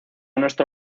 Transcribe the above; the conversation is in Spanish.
nuestro